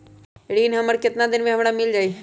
ऋण हमर केतना दिन मे हमरा मील जाई?